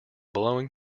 blowing